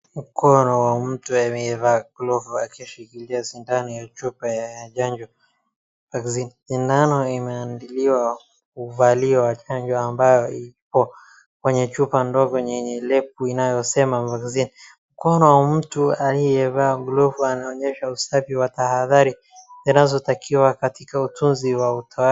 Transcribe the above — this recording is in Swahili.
Mkono wa mtu ambaye amevaa glove akishikilia sindano ya chupa ya chanjo, vaccine . Sindano imeandaliwa kuvaliwa chanjo ambayo ipo kwenye chupa ndogo yenye lebo inayosema vaccine . Mkono wa mtu aliyevaa glove unaonyesha usafi wa tahadhari zinazotakiwa katika utunzi wa utoaji.